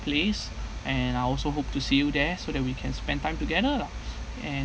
place and I also hope to see you there so that we can spend time together lah and